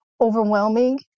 overwhelming